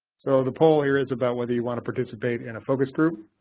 so the poll here is about whether you want to participate in a focus group